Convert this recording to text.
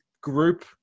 group